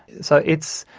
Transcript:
so it's,